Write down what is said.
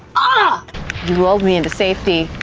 ah you lulled me into safety.